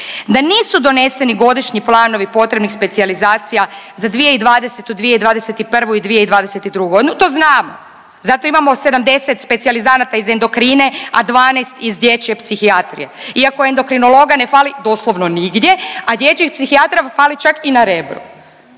da nisu doneseni godišnji planovi potrebnih specijalizaciju 2020., 2021. i 2022.g. to znamo, zato imamo 70 specijalizanata iz endokrine, a 12 dječje psihijatrije, iako endokrinologa ne fali doslovno nigdje, a dječjih psihijatara fali čak i na Rebru,